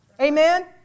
Amen